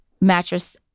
mattress